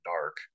dark